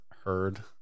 heard